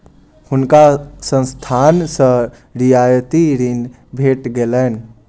हुनका संस्थान सॅ रियायती ऋण भेट गेलैन